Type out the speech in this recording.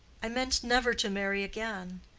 i meant never to marry again.